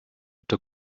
took